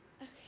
Okay